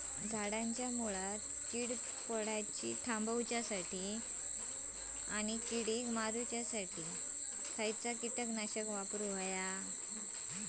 झाडांच्या मूनात कीड पडाप थामाउच्या खाती आणि किडीक मारूच्याखाती कसला किटकनाशक वापराचा?